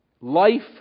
life